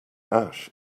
ash